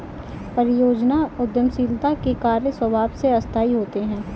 परियोजना उद्यमशीलता के कार्य स्वभाव से अस्थायी होते हैं